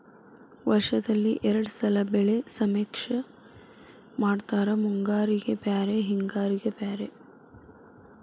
ವರ್ಷದಲ್ಲಿ ಎರ್ಡ್ ಸಲಾ ಬೆಳೆ ಸಮೇಕ್ಷೆ ಮಾಡತಾರ ಮುಂಗಾರಿಗೆ ಬ್ಯಾರೆ ಹಿಂಗಾರಿಗೆ ಬ್ಯಾರೆ